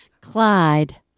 Clyde